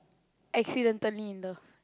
Accidentally in Love